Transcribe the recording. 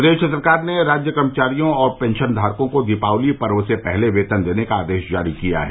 प्रदेश सरकार ने राज्य कर्मचारियों और पेंशन धारकों को दीपावली पर्व से पहले वेतन देने का आदेश जारी किया है